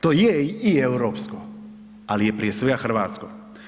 To je i europsko ali je prije svega Hrvatsko.